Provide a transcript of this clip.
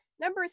Number